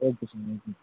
okay sir okay